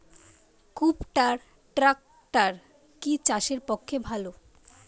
কুবটার ট্রাকটার কি চাষের পক্ষে ভালো?